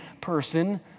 person